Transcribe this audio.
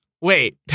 wait